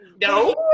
No